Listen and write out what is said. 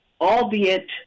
Albeit